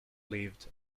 lived